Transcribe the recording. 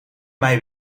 mij